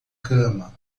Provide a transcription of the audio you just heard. cama